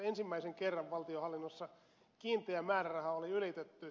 ensimmäisen kerran valtionhallinnossa kiinteä määräraha oli ylitetty